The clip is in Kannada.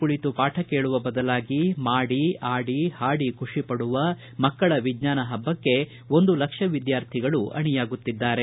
ಕುಳಿತು ಪಾಠ ಕೇಳುವ ಬದಲಾಗಿ ಮಾಡಿ ಆಡಿ ಹಾಡಿ ಖುಷಪಡುವ ಮಕ್ಕಳ ವಿಜ್ಞಾನ ಹಬ್ಬಕ್ಕೆ ಒಂದು ಲಕ್ಷ ವಿದ್ಯಾರ್ಥಿಗಳು ಅಣಿಯಾಗುತ್ತಿದ್ದಾರೆ